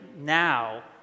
now